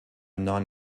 non